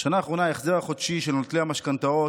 בשנה האחרונה ההחזר החודשי של נוטלי המשכנתאות